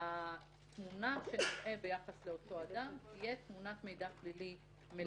כשהתמונה שנראה ביחס לאותו אדם תהיה תמונת מידע פלילי מלאה.